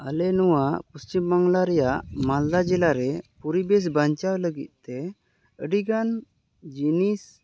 ᱟᱞᱮ ᱱᱚᱣᱟ ᱯᱚᱥᱪᱤᱢ ᱵᱟᱝᱞᱟ ᱨᱮᱭᱟᱜ ᱢᱟᱞᱫᱟ ᱡᱮᱞᱟ ᱨᱮ ᱯᱚᱨᱤᱵᱮᱥ ᱵᱟᱧᱪᱟᱣ ᱞᱟᱹᱜᱤᱫ ᱛᱮ ᱟᱹᱰᱤ ᱜᱟᱱ ᱡᱤᱱᱤᱥ